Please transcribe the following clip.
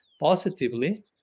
positively